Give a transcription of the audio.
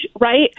right